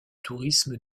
tourisme